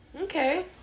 okay